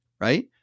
right